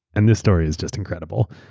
and this story is just incredible,